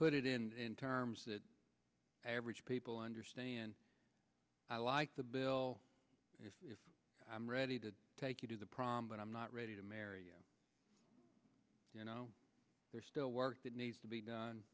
put it in terms that average people understand i like the bill i'm ready to take you to the prom but i'm not ready to marry you know there's still work that needs to be done